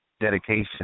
dedication